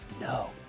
No